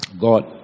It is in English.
God